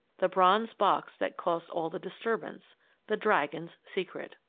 the bronze box that caused all the disturbance the dragon's secret!